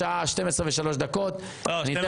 השעה 12:03. לא,